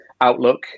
outlook